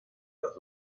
los